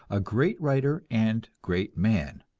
a great writer and great man.